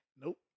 Nope